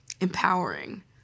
empowering